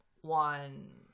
one